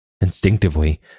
Instinctively